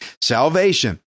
Salvation